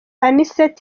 anicet